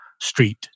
street